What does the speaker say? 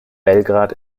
belgrad